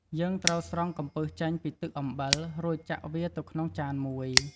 យើងត្រូវស្រង់កំពឹសចេញពីទឹកអំពិល រួចចាក់វាទៅក្នុងចានមួយ។